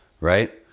Right